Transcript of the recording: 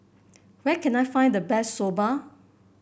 where can I find the best Soba